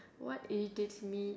what irritates me